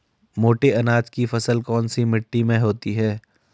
मोटे अनाज की फसल कौन सी मिट्टी में होती है?